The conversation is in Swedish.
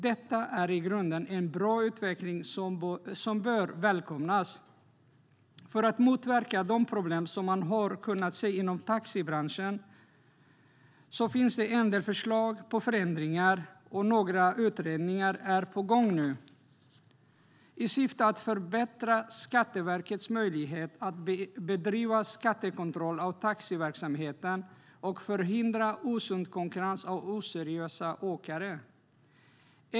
Detta är i grunden en bra utveckling som bör välkomnas. För att motverka de problem som man har kunnat se inom taxibranschen finns det en del förslag på förändringar, och några utredningar är nu på gång i syfte att förbättra Skatteverkets möjlighet att bedriva skattekontroll av taxiverksamheten och förhindra osund konkurrens av oseriösa åkare.